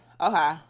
Okay